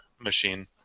machine